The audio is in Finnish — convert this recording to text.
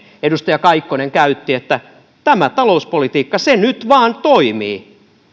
edustaja kaikkonen lausui että tämä talouspolitiikka se nyt vaan toimii